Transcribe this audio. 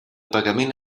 pagament